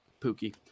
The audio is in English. Pookie